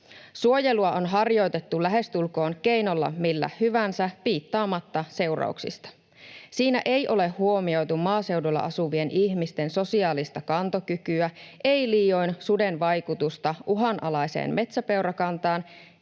Suojelua on harjoitettu lähestulkoon keinolla millä hyvänsä piittaamatta seurauksista. Siinä ei ole huomioitu maaseudulla asuvien ihmisten sosiaalista kantokykyä, ei liioin suden vaikutusta uhanalaiseen metsäpeurakantaan,